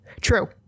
True